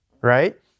Right